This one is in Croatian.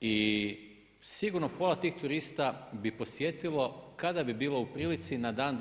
i sigurno pola tih turista bi posjetilo kada bi u prilici na dan ili dva.